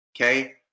okay